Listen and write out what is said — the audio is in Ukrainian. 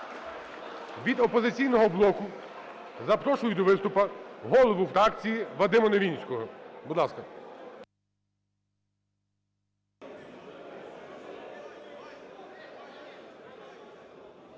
Від "Опозиційного блоку" запрошую до виступу голову фракції Вадима Новинського. Будь ласка.